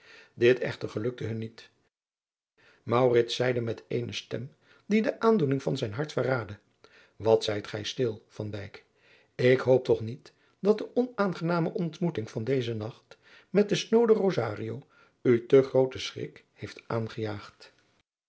dit echter gelukte hun niet maurits zeide met eene stem die de aandoening van zijn hart verraadde wat zijt gij stil van dijk ik hoop toch niet dat de onaangename ontmoeting van dezen nacht met den snooden rosario u te grooten schrik heeft aangejaagd